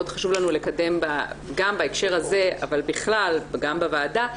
חשוב לנו לקדם גם בהקשר הזה אבל בכלל גם בוועדה,